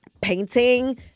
painting